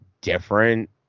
different